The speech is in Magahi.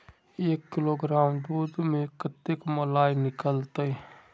एक किलोग्राम दूध में कते मलाई निकलते?